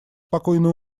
спокойно